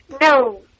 no